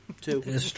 Two